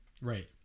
Right